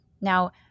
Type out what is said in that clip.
Now